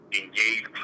engage